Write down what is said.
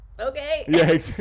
okay